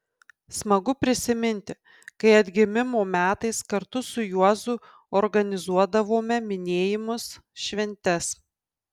smagu prisiminti kai atgimimo metais kartu su juozu organizuodavome minėjimus šventes